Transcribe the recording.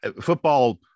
football